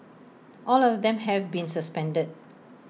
all of them have been suspended